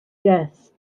guests